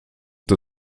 der